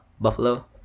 Buffalo